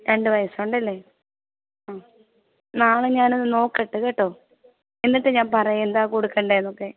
രണ്ട് വയസ്സ് ഉണ്ടല്ലേ ആ നാളെ ഞാനൊന്ന് നോക്കട്ടെ കേട്ടോ എന്നിട്ട് ഞാൻ പറയാം എന്താണ് കൊടുക്കേണ്ടതെന്നൊക്കെ